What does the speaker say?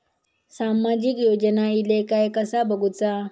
सामाजिक योजना इले काय कसा बघुचा?